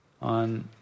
on